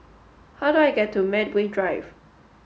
how do I get to Medway Drive